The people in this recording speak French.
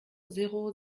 zéro